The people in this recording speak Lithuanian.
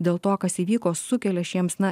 dėl to kas įvyko sukelia šiems na